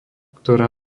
ktorá